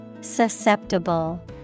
Susceptible